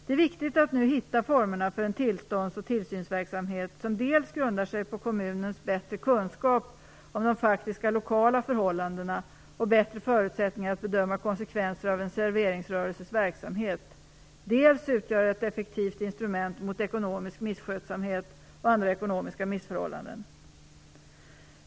Det är viktigt att nu hitta formerna för en tillstånds och tillsynsverksamhet som dels grundar sig på kommunens bättre kunskap om de faktiska lokala förhållandena och bättre förutsättningar att bedöma konsekvenser av en serveringsrörelses verksamhet, dels utgör ett effektivt instrument mot ekonomisk misskötsamhet och andra ekonomiska missförhållanden.